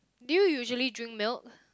do you usually drink milk